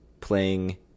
playing